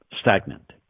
stagnant